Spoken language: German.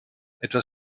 etwas